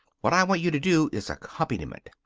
what i want you to do is accompaniment.